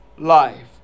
life